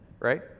Right